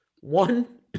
One